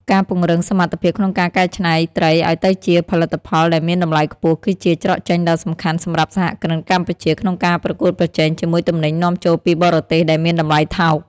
ការពង្រឹងសមត្ថភាពក្នុងការកែច្នៃត្រីឱ្យទៅជាផលិតផលដែលមានតម្លៃខ្ពស់ គឺជាច្រកចេញដ៏សំខាន់សម្រាប់សហគ្រិនកម្ពុជាក្នុងការប្រកួតប្រជែងជាមួយទំនិញនាំចូលពីបរទេសដែលមានតម្លៃថោក។